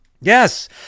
Yes